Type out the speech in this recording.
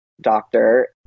doctor